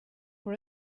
for